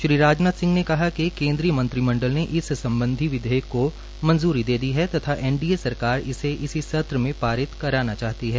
श्रीराजनाथ सिंह ने कहा कि केन्द्रीय मंत्रीमंडल ने इस सम्बधी विधेयक को मजूंरी दे दी है तथा एनडीए सरकार इसे इसी सत्र में पारित कराना चाहती है